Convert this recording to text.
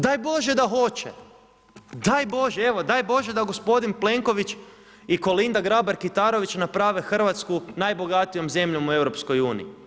Daj bože da hoće, daj bože, evo daj bože da gospodin Plenković i Kolinda Grabar-Kitarović naprave Hrvatsku najbogatijom zemljom u EU-u.